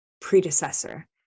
predecessor